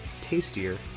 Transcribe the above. tastier